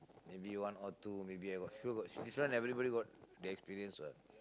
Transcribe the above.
maybe one or two maybe I got this one everybody got the experience what